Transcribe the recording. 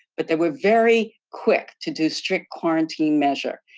but they were very quick to do strict quarantine measure.